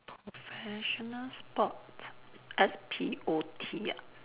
professional spot S P O T ah